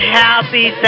happy